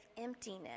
emptiness